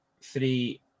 Three